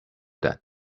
that